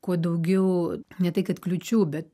kuo daugiau ne tai kad kliūčių bet